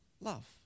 love